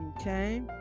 Okay